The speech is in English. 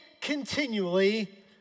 continually